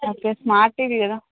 okay smart TV కదా